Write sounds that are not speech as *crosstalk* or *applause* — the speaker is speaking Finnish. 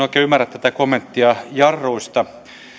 *unintelligible* oikein ymmärrä tätä kommenttia jarruista